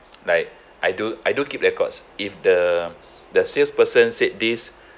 like I do I do keep records if the the salesperson said this